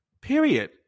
Period